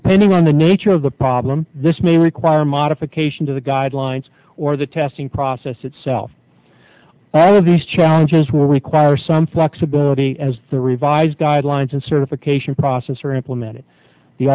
depending on the nature of the problem this may require modification to the guidelines or the testing process itself all of these challenges will require some flexibility as the revised guidelines and certification process are implemented the